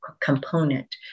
component